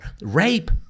Rape